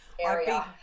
area